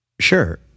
Sure